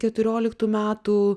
keturioliktų metų